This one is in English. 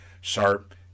Sharp